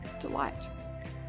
delight